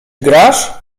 grasz